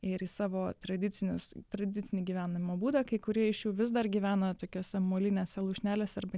ir į savo tradicinius tradicinį gyvenimo būdą kai kurie iš jų vis dar gyvena tokiose molinėse lūšnelėse arba